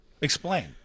explain